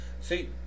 see